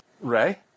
Ray